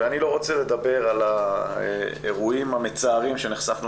ואני לא רוצה לדבר על האירועים המצערים שנחשפנו